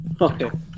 Okay